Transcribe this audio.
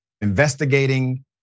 investigating